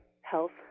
health